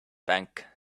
bank